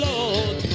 Lord